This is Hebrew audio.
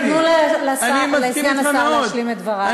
תנו לסגן השר להשלים את דבריו.